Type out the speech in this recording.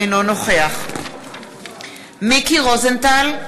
אינו נוכח מיקי רוזנטל,